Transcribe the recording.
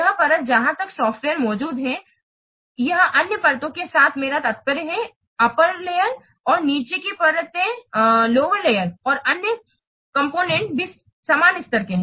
यह परत जहां यह सॉफ्टवेयर मौजूद है यह अन्य परतों के साथ मेरा तात्पर्य है ऊपरी परत और नीचे की परतें और अन्य कॉम्पोनेन्ट भी समान स्तर के हैं